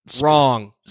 Wrong